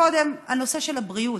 קודם לנושא של הבריאות: